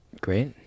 Great